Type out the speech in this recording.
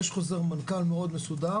ויש חוזר מנכ"ל מאוד מסודר.